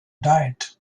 diet